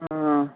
हँ